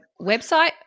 website